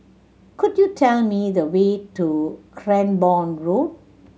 could you tell me the way to Cranborne Road